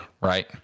right